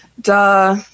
duh